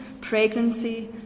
pregnancy